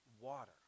water